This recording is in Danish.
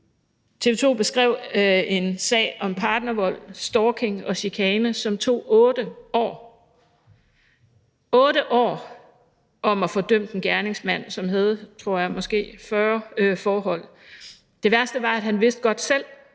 TV 2 beskrev en sag om partnervold, stalking og chikane, hvor det tog 8 år at få dømt en gerningsmand, som måske havde 40 forhold. Det værste var, at han var ret